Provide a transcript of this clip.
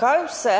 Kaj vse